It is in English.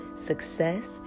success